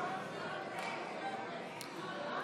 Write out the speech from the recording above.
אמיר אוחנה: